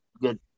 good